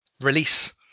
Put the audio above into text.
release